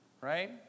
right